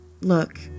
Look